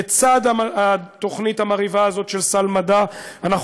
לצד התוכנית המרהיבה הזאת של סל המדע אנחנו